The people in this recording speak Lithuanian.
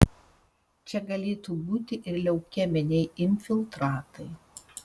čia galėtų būti ir leukeminiai infiltratai